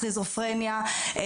סכיזופרניה,